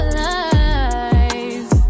lies